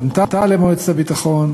פנתה למועצת הביטחון.